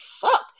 fuck